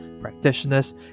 practitioners